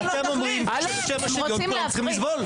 אתם אומרים שבשם השוויון כולם צריכים לסבול.